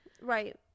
Right